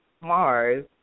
Mars